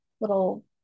little